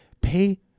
Pay